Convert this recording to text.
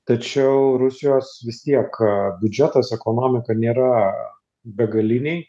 tačiau rusijos vis tiek biudžetas ekonomika nėra begaliniai